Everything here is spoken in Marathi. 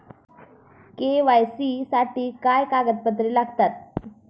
के.वाय.सी साठी काय कागदपत्रे लागतात?